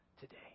today